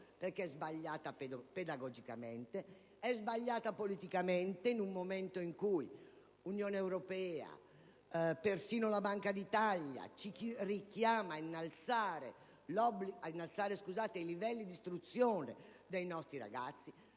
perché essa è sbagliata pedagogicamente e politicamente. In un momento in cui l'Unione europea, e persino la Banca d'Italia, ci richiamano a innalzare i livelli di istruzione dei nostri ragazzi,